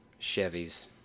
Chevys